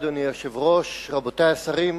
רבותי השרים,